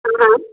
हाँ हाँ